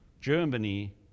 Germany